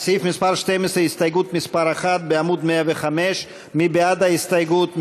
12, הסתייגות מס' 1 בעמוד 105, מי בעד ההסתייגות?